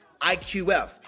IQF